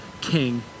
king